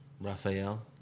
Raphael